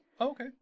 okay